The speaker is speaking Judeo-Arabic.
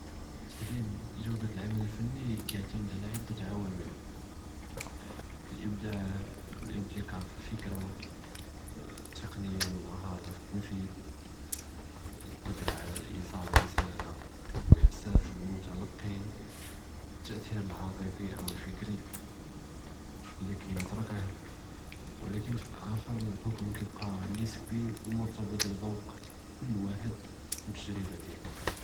תחדיד ג'ודה אלעמל אלפני קייעתמד על עדה עוואמל, אלאבדע ואלאבתקאר פלפיכרה, אלתקניקה ואלמהרה פתנקיד, אלقدרה על איאصال רסאלה ואחסאס אלמתקאלי, אלתאת'יר אלאעתפי או אלפכרי, לכיעתרכו ולכּן פין אלאחר אלחכם קאיבקי נסבי וمرتبط בזוֹק כל ואחד ואלתג'רבה דיאלו.